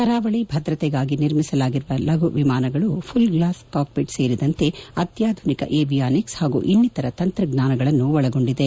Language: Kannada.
ಕರಾವಳಿ ಭದ್ರತೆಗಾಗಿ ನಿರ್ಮಿಸಲಾಗಿರುವ ಲಘು ವಿಮಾನಗಳು ಪುಲ್ ಗ್ಲಾಸ್ ಕಾಕ್ ಪಿಟ್ ಸೇರಿದಂತೆ ಅತ್ನಾಧುನಿಕ ಏವಿಯಾನಿಕ್ಸ್ ಹಾಗೂ ಇನ್ನಿತರ ತಂತ್ರಜ್ಞಾನಗಳನ್ನು ಒಳಗೊಂಡಿದೆ